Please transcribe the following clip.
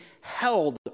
held